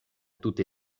tute